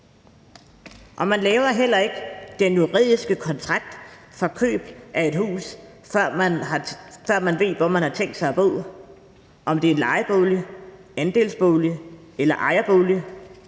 Man laver heller ikke den juridiske kontrakt om køb af et hus, før man ved, hvor man har tænkt sig at bo, om det er en lejebolig, andelsbolig eller ejerbolig,